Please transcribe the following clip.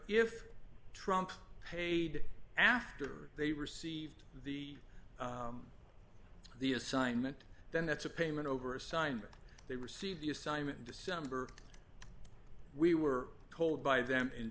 if trump paid after they received the the assignment then that's a payment over a sign that they received the assignment in december we were told by them in